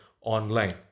online